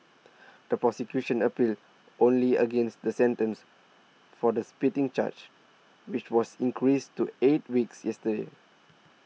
the prosecution appealed only against the sentence for the spitting charge which was increased to eight weeks yesterday